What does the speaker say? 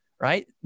right